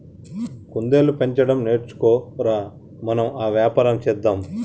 కుందేళ్లు పెంచడం నేర్చుకో ర, మనం ఆ వ్యాపారం చేద్దాం